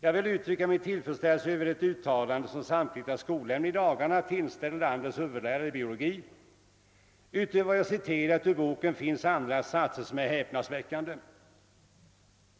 Jag vill uttrycka min tillfredsställelse över det uttalande som Samkristna skolnämnden i dagarna tillställer landets huvudlärare i biologi. Det finns även andra satser i boken Samspel än de jag citerat som är häpnadsväckande.